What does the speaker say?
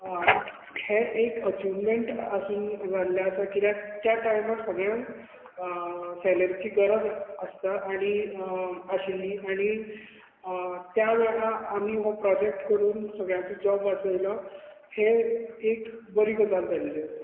हे एक अचीवमेंट आसूंक जाल्लें आसा कित्याक त्या टायमार सगळ्यांक सॅलरीची गरज आसता आनी आशिल्ली आनी त्या वेळार आमी हो प्रॉजेक्ट करून सगळ्यांचो जॉब वाचयलो हे एक बरी गजाल जाल्ली आसा